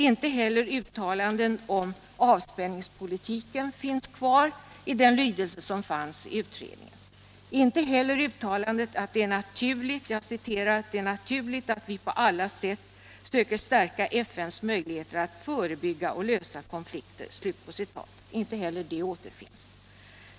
Inte heller uttalandet om avspänningspolitiken finns kvar i den lydelse som fanns i utredningen. Uttalandet att det är ”naturligt att vi på alla sätt söker stärka FN:s möjligheter att förebygga och lösa konflikter” saknas likaså.